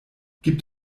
gibt